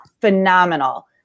phenomenal